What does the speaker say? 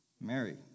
Mary